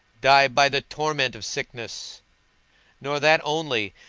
die by the torment of sickness nor that only,